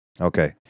okay